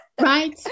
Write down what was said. right